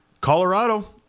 Colorado